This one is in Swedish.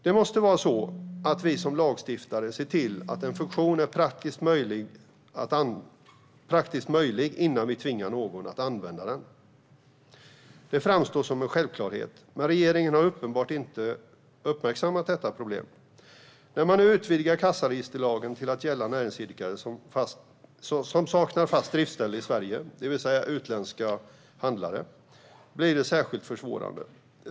Det måste vara så att vi som lagstiftare ser till att en funktion är praktiskt möjlig innan vi tvingar någon att använda den. Det framstår som en självklarhet, men regeringen har uppenbarligen inte uppmärksammat detta problem. När man nu utvidgar kassaregisterlagen till att gälla näringsidkare som saknar fast driftställe i Sverige, det vill säga utländska handlare, blir det särskilt försvårande.